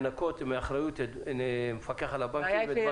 אני רק לא רוצה לנקות מאחריות את המפקח על הבנקים ואת בנק ישראל.